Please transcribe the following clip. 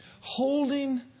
Holding